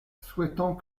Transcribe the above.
souhaitant